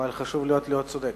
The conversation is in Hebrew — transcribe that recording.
אבל חשוב להיות צודק.